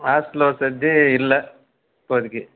hostel வசதி இல்லை இப்போதைக்கி